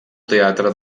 teatre